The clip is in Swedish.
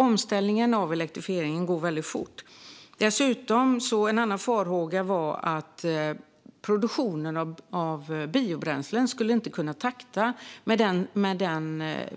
Omställningen när det gäller elektrifieringen går alltså väldigt fort. Dessutom var en annan farhåga att produktionen av biobränslen inte skulle kunna ske i den